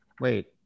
wait